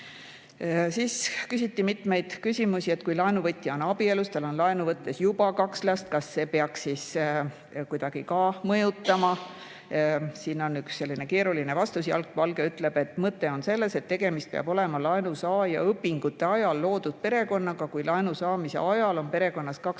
Siis küsiti mitmeid küsimusi. Kui laenuvõtja on abielus, tal on laenu võttes juba kaks last, kas see peaks kuidagi mõjutama? Siin anti selline keeruline vastus. Jaak Valge ütles, et mõte on selles, et tegemist peab olema laenusaaja õpingute ajal loodud perekonnaga, kui laenu saamise ajal on perekonnas kaks